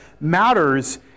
matters